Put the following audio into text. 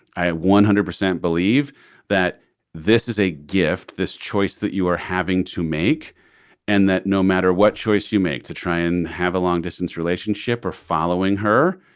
i one hundred percent believe that this is a gift, this choice that you are having to make and that no matter what choice you make to try and have a long distance relationship or following her,